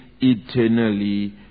eternally